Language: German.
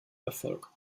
erfolg